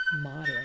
modern